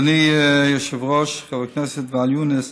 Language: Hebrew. אדוני היושב-ראש, חבר הכנסת ואאל יונס,